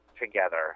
together